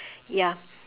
ya